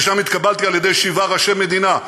ששם התקבלתי על-ידי שבעה ראשי מדינה,